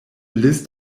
list